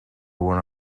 one